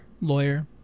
Lawyer